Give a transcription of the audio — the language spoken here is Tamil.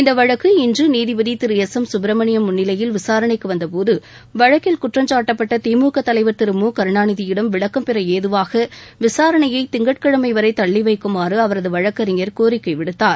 இந்த வழக்கு இன்று நீதிபதி திரு எஸ் எம் சுப்ரமணியம் முன்னிலையில் விசாரணைக்கு வந்தபோது வழக்கில் குற்றம்சாட்ட திமுக தலைவர் திரு மு கருணாநிதியிடம் விளக்கம்பெற ஏதுவாக விசாரணையை திங்கட்கிழமை வரை தள்ளி வைக்குமாறு அவரது வழக்கறிஞர் கோரிக்கை விடுத்தார்